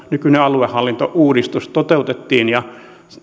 nykyinen aluehallintouudistus toteutettiin ja